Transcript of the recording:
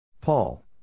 Paul